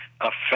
affect